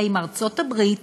האם ארצות-הברית,